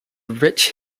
rich